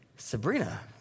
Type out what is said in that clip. Sabrina